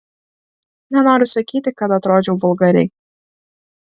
nenoriu sakyti kad atrodžiau vulgariai